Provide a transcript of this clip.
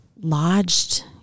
lodged